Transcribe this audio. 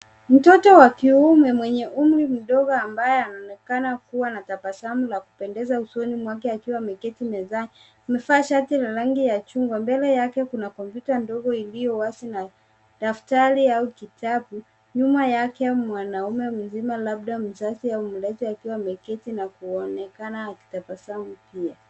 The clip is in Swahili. Mtoto wa kiume mwenye umri mdogo ambaye anaonekana kuwa na tabasamu la kupendeza usoni mwake akiwa amekti mezani, amevaa shati la rangi ya chungwa mbele yake kuna kompyuta ndogo iliyowazi na daftari au kitabu nyuma yake mwanaume mzima labda mzazi au mleze akionekana akiwa ameketi na kutabasamu pia.